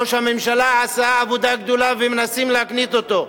ראש הממשלה עשה עבודה גדולה ומנסים להקניט אותו.